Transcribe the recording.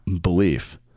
belief